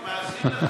אני מאזין לך.